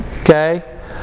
okay